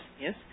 yes